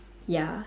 ya